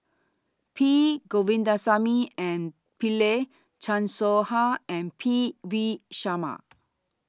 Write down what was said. P Govindasamy and Pillai Chan Soh Ha and P V Sharma